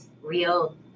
real